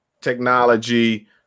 technology